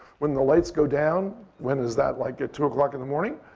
when the lights go down when is that, like at two o'clock in the morning?